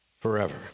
forever